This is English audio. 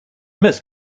most